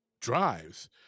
drives